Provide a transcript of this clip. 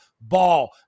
ball